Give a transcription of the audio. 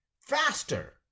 faster